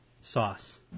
sauce